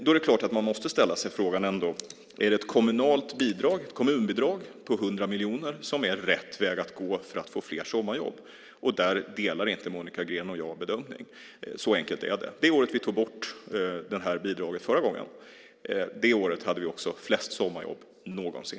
Då är det klart att man måste ställa sig frågan om det är ett kommunbidrag på 100 miljoner som är rätt väg att gå för att få fler sommarjobb. Där delar inte Monica Green och jag bedömning. Så enkelt är det. Det året vi tog bort det här bidraget förra gången hade vi också flest sommarjobb någonsin.